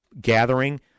gathering